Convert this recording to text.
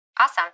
Awesome